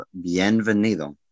Bienvenido